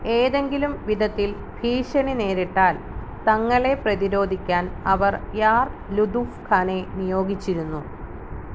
ഏതെങ്കിലും വിധത്തിൽ ഭീഷണി നേരിട്ടാൽ തങ്ങളെ പ്രതിരോധിക്കാൻ അവർ യാർ ലുതുഫ് ഖാനെ നിയോഗിച്ചിരുന്നു